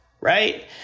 right